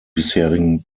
bisherigen